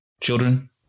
children